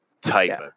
type